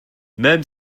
même